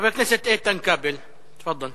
חבר הכנסת איתן כבל, בבקשה.